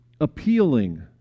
appealing